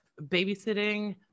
babysitting